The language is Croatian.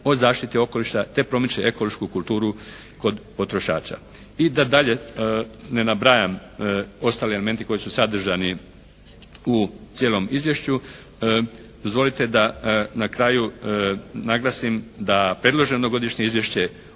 o zaštiti okoliša te promiče ekološku kulturu kod potrošača. I da dalje ne nabrajam ostali elementi koji su sadržani u cijelom izvješću. Dozvolite da na kraju naglasim da predloženo Godišnje izvješće